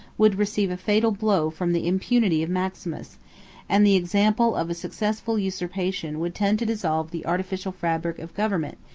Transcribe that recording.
would receive a fatal blow from the impunity of maximus and the example of successful usurpation would tend to dissolve the artificial fabric of government,